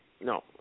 No